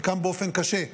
חלקם באופן קשה,